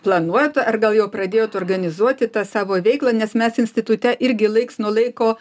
planuojat ar gal jau pradėjot organizuoti tą savo veiklą nes mes institute irgi laiks nuo laiko